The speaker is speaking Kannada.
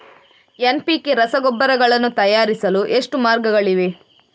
ಎನ್.ಪಿ.ಕೆ ರಸಗೊಬ್ಬರಗಳನ್ನು ತಯಾರಿಸಲು ಎಷ್ಟು ಮಾರ್ಗಗಳಿವೆ?